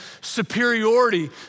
superiority